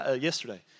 yesterday